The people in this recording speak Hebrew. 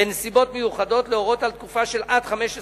בנסיבות מיוחדות, להורות על תקופה של עד 15 שנים,